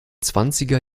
zwanziger